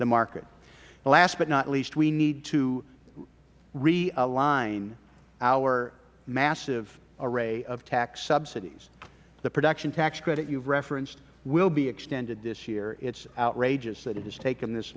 the market last but not least we need to realign our massive array of tax subsidies the production tax credit you've referenced will be extended this year it's outrageous that it has taken this